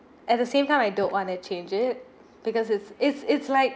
at the same time I don't want to change it because it's it's it's like